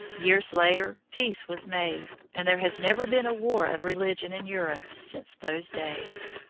years later peace was made, and there has never been a war of religion in europe since those days.